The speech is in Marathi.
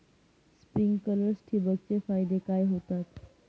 स्प्रिंकलर्स ठिबक चे फायदे काय होतात?